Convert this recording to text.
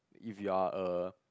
if you are a